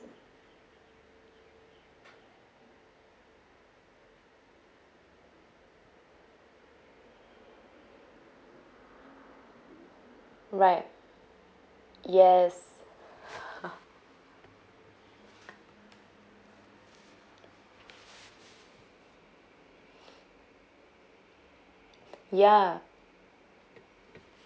right yes ya